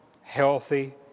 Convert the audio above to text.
healthy